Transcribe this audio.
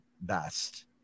best